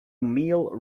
meal